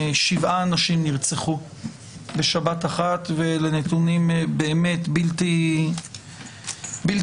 שבעה אנשים נרצחו בשבת אחת ואלה נתונים באמת בלתי נתפסים.